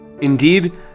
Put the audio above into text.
Indeed